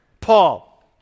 Paul